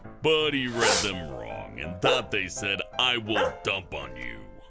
but he read them wrong and thought they said, i will dump on you.